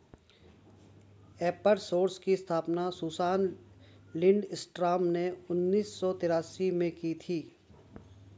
एपर सोर्स की स्थापना सुसान लिंडस्ट्रॉम ने उन्नीस सौ तेरासी में की थी